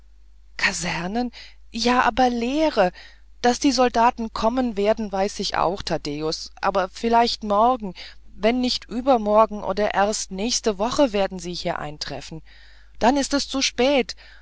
kasernen ja aber leere daß die soldaten kommen werden weiß ich auch taddäus aber vielleicht morgen wenn nicht übermorgen oder erst nächste woche werden sie eintreffen und dann ist es zu spät